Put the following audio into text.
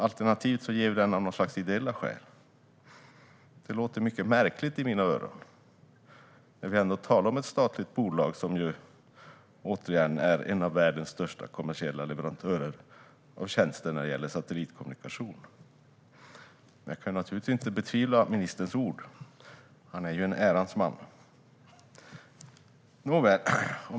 Alternativt ger vi den av något slags ideella skäl. Det låter mycket märkligt i mina öron när vi ändå talar om ett statligt bolag som ju, återigen, är "en av världens största kommersiella leverantörer av tjänster när det gäller satellitkommunikation". Men jag kan naturligtvis inte betvivla ministerns ord; han är ju en ärans man. Nåväl.